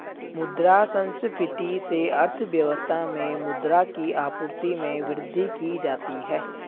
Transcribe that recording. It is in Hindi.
मुद्रा संस्फिति से अर्थव्यवस्था में मुद्रा की आपूर्ति में वृद्धि की जाती है